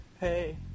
Hey